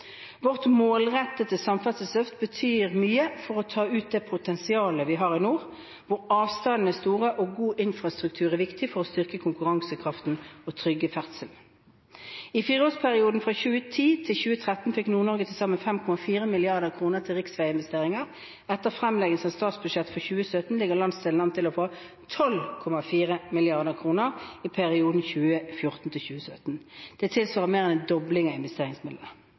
Vårt målrettede samferdselsløft betyr mye for å ta ut potensialet vi har i nord, hvor avstandene er store og god infrastruktur er viktig for å styrke konkurransekraften og trygge ferdselen. I fireårsperioden 2010–2013 fikk Nord-Norge til sammen 5,4 mrd. kr til riksveiinvesteringer. Etter fremleggelsen av statsbudsjettet for 2017 ligger landsdelen an til å få 12,4 mrd. kr i perioden 2014–2017. Det tilsvarer mer enn en dobling av investeringsmidlene.